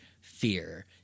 fear